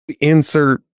insert